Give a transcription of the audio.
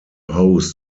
host